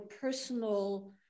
personal